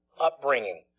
upbringing